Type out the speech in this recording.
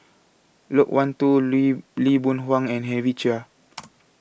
Loke Wan Tho Lee Lee Boon Wang and Henry Chia